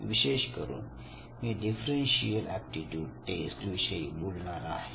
विशेष करून मी डिफरन्सियल एप्टीट्यूड टेस्ट विषयी बोलणार आहे